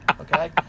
Okay